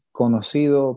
conocido